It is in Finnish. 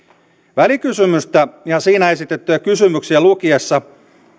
välikysymystä ja siinä esitettyjä kysymyksiä lukiessa